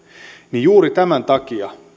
niin juuri tämän takia